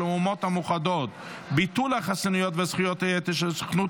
האומות המאוחדות (ביטול החסינויות וזכויות היתר של סוכנות